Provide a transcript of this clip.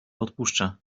odpuszczę